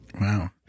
Wow